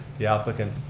the applicant,